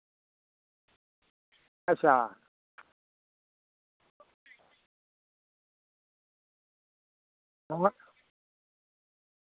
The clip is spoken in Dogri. अच्छा